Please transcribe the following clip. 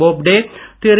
Bobde Thiru